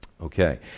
Okay